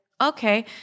okay